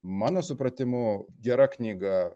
mano supratimu gera knyga